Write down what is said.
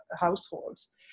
households